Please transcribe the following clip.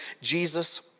Jesus